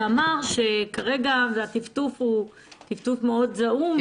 שאמר שכרגע הטפטוף הוא טפטוף מאוד זעום.